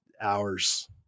hours